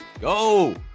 go